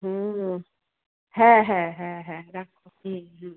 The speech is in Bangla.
হুম হ্যাঁ হ্যাঁ হ্যাঁ হ্যাঁ রাখো হুম হুম